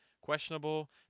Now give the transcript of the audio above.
questionable